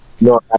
No